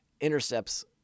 intercepts